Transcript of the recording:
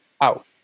out